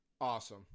Awesome